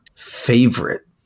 Favorite